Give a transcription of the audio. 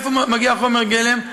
מאיפה מגיע חומר גלם?